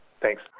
Thanks